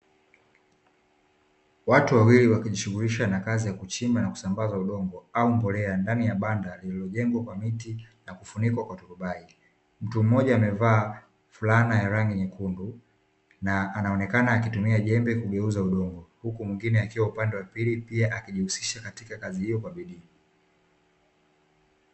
Watu wawili wakijishughulisha na kazi ya kuchimba na kusambaza udongo au mbolea ndani ya banda lililojengwa kwa miti, na kufunikwa kwa turubai. Mtu mmoja amevaa fulana ya rangi nyekundu, na anaonekana akitumia jembe kugeuza udongo. Huku mwingine akiwa upande wa pili pia akijihusisha katika kazi hiyo kwa bidii.